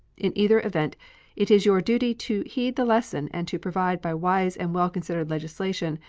in either event it is your duty to heed the lesson and to provide by wise and well-considered legislation,